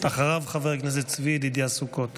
אחריו, חבר הכנסת צבי ידידיה סוכות.